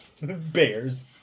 Bears